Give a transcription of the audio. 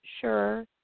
Sure